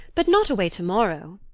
but not away to-morrow!